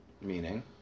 Meaning